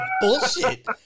bullshit